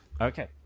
Okay